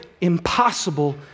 impossible